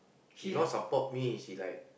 she's not support me she like